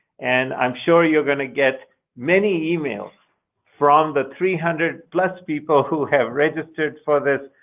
and i'm sure you're going to get many emails from the three hundred plus people who have registered for this.